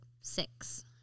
six